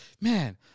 man